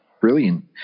brilliant